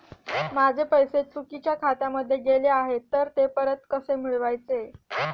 माझे पैसे चुकीच्या खात्यामध्ये गेले आहेत तर ते परत कसे मिळवायचे?